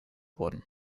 worden